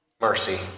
mercy